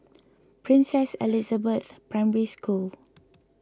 Princess Elizabeth Primary School